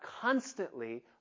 constantly